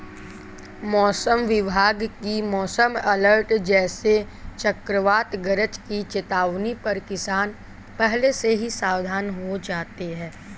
मौसम विभाग की मौसम अलर्ट जैसे चक्रवात गरज की चेतावनी पर किसान पहले से ही सावधान हो जाते हैं